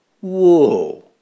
Whoa